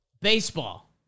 Baseball